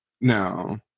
no